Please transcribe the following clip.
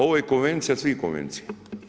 Ovo je konvencija svih konvencija.